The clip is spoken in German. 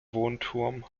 wohnturm